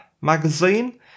magazine